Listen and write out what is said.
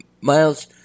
Miles